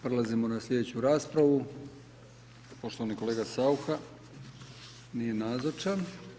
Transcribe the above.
Prelazimo na slijedeću raspravu, poštovani kolega Saucha nije nazočan.